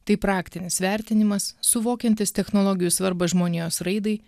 tai praktinis vertinimas suvokiantis technologijų svarbą žmonijos raidai